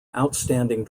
outstanding